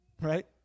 Right